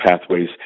pathways